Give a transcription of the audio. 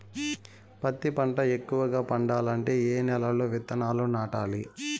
పత్తి పంట ఎక్కువగా పండాలంటే ఏ నెల లో విత్తనాలు నాటాలి?